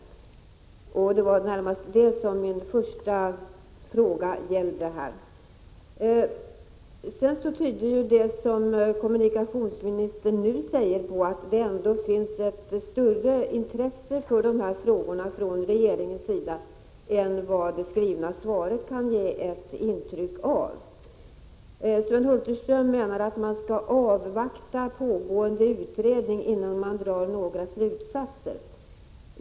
Det var närmast detta min första fråga gällde. Det som kommunikationsministern senast sade tyder på att det ändå finns ett större intresse från regeringens sida för de här frågorna än vad det skrivna svaret kan ge intryck av. Sven Hulterström menar att man skall avvakta pågående utredningar innan man drar några slutsatser.